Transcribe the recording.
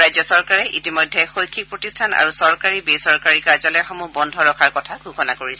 ৰাজ্য চৰকাৰে ইতিমধ্যে শৈক্ষিক প্ৰতিষ্ঠান আৰু চৰকাৰী বেচৰকাৰী কাৰ্যলয় বন্ধ ৰখাৰ কথা ঘোষণা কৰিছে